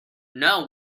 know